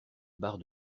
barre